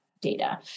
data